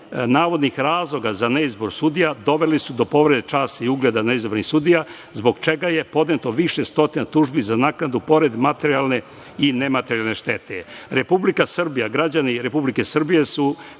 navodnih razloga za neizbor sudija doveli su do povrede časti i ugleda neizabranih sudija zbog čega je podneto više stotina tužbi za naknadu, pored materijalne i nematerijalne štete. Republika Srbija, građani Republike Srbije su